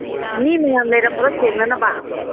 ꯃꯤ ꯃꯌꯥꯝ ꯂꯩꯔꯝꯕ꯭ꯔꯣ ꯁꯦꯡꯅꯅꯕ